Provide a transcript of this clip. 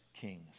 kings